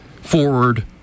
Forward